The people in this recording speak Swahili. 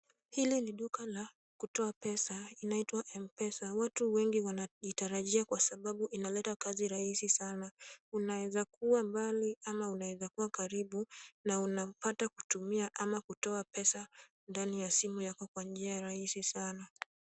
Hili ni duka la kutoa pesa inaitwa Mpesa. Watu wengi wanaitarajia kwa sababu inaleta kazi rahisi sana. Unaweza kuwa mbali ama unaweza kuwa karibu na unapata kutumia ama kutoa pesa ndani ya simu yako kwa njia rahisi sana.